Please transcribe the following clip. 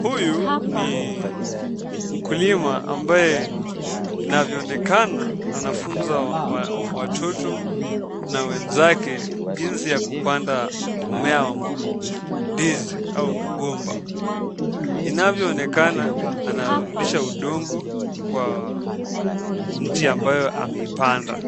Huyu ni mkulima ambaye inavyoonekana anafunza watoto na wenzake jinsi ya kupanda mmea wa ndizi au mgomba , inavyoonekana anarudisha udongo kwa mti ambayo ameipanda